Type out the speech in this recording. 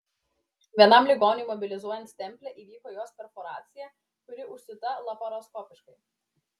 vienam ligoniui mobilizuojant stemplę įvyko jos perforacija kuri užsiūta laparoskopiškai